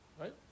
Right